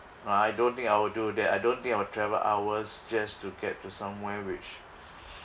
uh I don't think I will do that I don't think I will travel hours just to get to somewhere which